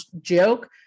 joke